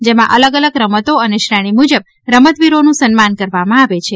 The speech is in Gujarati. જેમા અલગ અલગ રમતો અને ક્ષૈણી મુજબ રમતવીરોનુ સન્માન કરવામાં આવે છે